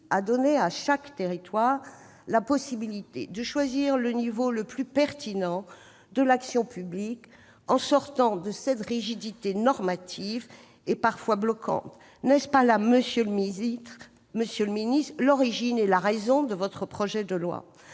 à donner à chaque territoire la possibilité de choisir le niveau le plus pertinent de l'action publique en sortant de cette rigidité normative parfois bloquante. N'est-ce pas là, monsieur le ministre, l'origine et la raison de votre projet de loi ?